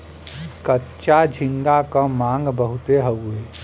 कच्चा झींगा क मांग बहुत हउवे